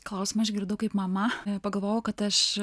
klausimą išgirdau kaip mama pagalvojau kad aš